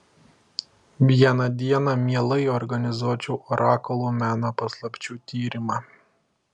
vieną dieną mielai organizuočiau orakulų meno paslapčių tyrimą